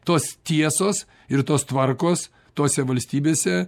tos tiesos ir tos tvarkos tose valstybėse